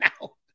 Now